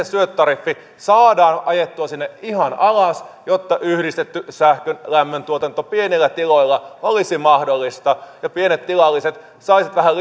syöttötariffi saadaan ajettua sinne ihan alas jotta yhdistetty sähkön ja lämmöntuotanto pienillä tiloilla olisi mahdollista ja pienet tilalliset saisivat vähän